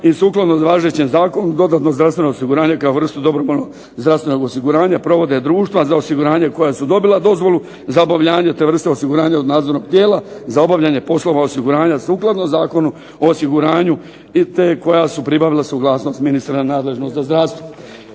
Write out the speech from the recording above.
I sukladno važećem zakonu dodatnog zdravstvenog osiguranja kao vrstu dobrovoljnog zdravstvenog osiguranja provode društva za osiguranje koja su dobila dozvolu za obavljanje te vrste osiguranja od nadzornog tijela za obavljanje poslova osiguranja sukladno zakonu o osiguranju i te koje su pribavila suglasnost ministra nadležnog za zdravstvo.